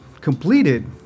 completed